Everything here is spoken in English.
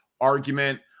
argument